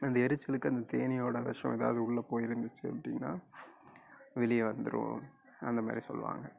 அந்த எரிச்சலுக்கு அந்த தேனீயோட விஷம் ஏதாவது உள்ளே போய்ருந்துச்சு அப்படின்னா வெளியே வந்துடும் அந்த மாதிரி சொல்வாங்க